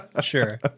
sure